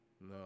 No